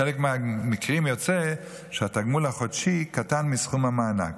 בחלק מהמקרים יוצא שהתגמול החודשי קטן מסכום המענק.